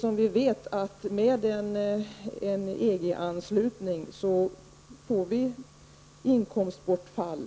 Vi vet att vi kommer att få ett inkomstbortfall